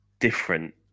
different